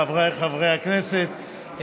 חבריי חברי הכנסת,